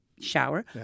Shower